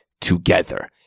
together